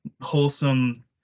wholesome